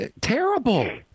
terrible